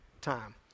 time